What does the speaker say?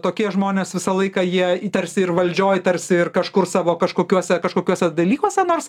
tokie žmonės visą laiką jie tarsi ir valdžioj tarsi ir kažkur savo kažkokiuose kažkokiuose dalykuose nors